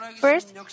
First